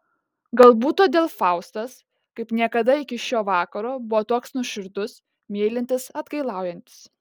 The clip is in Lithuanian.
galbūt todėl faustas kaip niekada iki šio vakaro buvo toks nuoširdus mylintis atgailaujantis